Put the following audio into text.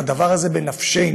הדבר הזה בנפשנו.